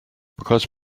because